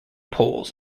poles